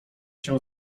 się